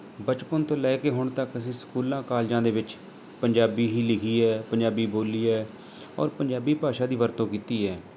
ਬਚਪਨ ਤੋਂ ਲੈ ਕੇ ਹੁਣ ਤੱਕ ਅਸੀਂ ਸਕੂਲਾਂ ਕਾਲਜਾਂ ਦੇ ਵਿੱਚ ਪੰਜਾਬੀ ਹੀ ਲਿਖੀ ਹੈ ਪੰਜਾਬੀ ਬੋਲੀ ਹੈ ਔਰ ਪੰਜਾਬੀ ਭਾਸ਼ਾ ਦੀ ਵਰਤੋਂ ਕੀਤੀ ਹੈ